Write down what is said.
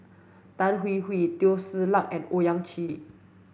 Tan Hwee Hwee Teo Ser Luck and Owyang Chi